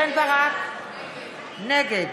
נגד